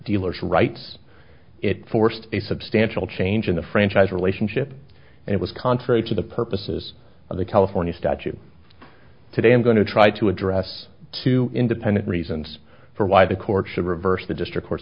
dealer's rights it forced a substantial change in the franchise relationship and it was contrary to the purposes of the california statute today i'm going to try to address two independent reasons for why the court should reverse the district